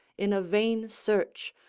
in a vain search,